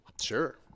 Sure